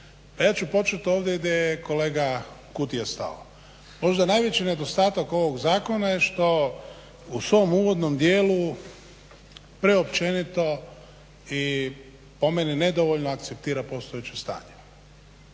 ja ću počet ovdje gdje je kolega Kutija stao. Možda najveći nedostatak ovog zakona je što u svom uvodnom dijelu preopćenito i po meni nedovoljno akceptira postojeće stanje.